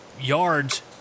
Yards